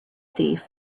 thief